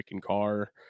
car